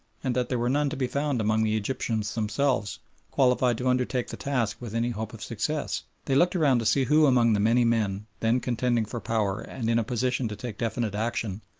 and that there were none to be found among the egyptians themselves qualified to undertake the task with any hope of success, they looked around to see who among the many men then contending for power and in a position to take definite action,